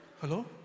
Hello